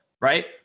right